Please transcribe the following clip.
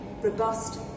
Robust